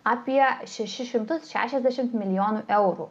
apie šešis šimtus šešiasdešimt milijonų eurų